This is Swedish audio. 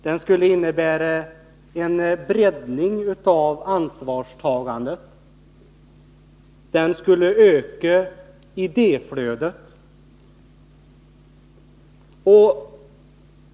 Den skulle innebära en breddning av ansvarstagandet. Den skulle öka idéflödet.